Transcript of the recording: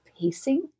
pacing